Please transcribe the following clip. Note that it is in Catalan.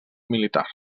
militar